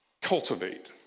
cultivate